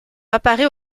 apparaît